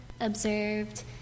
observed